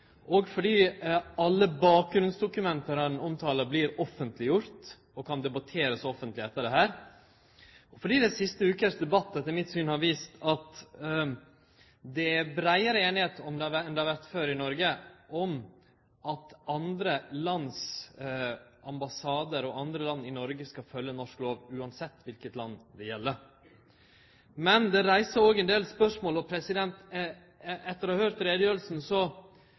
og fordi alle dei bakgrunnsdokumenta han omtaler, vert offentleggjorde og kan debatterast offentleg etter dette. Den siste vekas debatt har vist at det er breiare einigheit enn det har vore før i Noreg om at andre lands ambassadar i Noreg skal følgje norsk lov, same kva land det gjeld. Men det reiser òg ein del spørsmål. Etter å ha høyrt